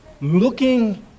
looking